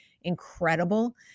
incredible